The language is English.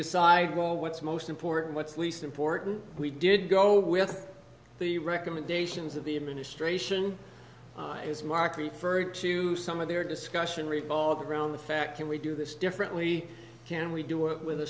decide well what's most important what's least important we did go with the recommendations of the administration is mark preferred to some of their discussion revolves around the fact that we do this differently can we do it with a